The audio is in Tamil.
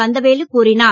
கந்தவேலு கூறினார்